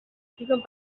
siguen